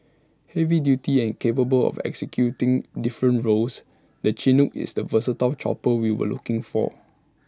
heavy duty and capable of executing different roles the Chinook is the versatile chopper we were looking for